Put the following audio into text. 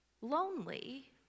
lonely